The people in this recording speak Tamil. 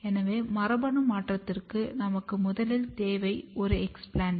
எனவே மரபணு மாற்றத்திற்கு நமக்கு முதலில் தேவை ஒரு எஸ்பிளண்ட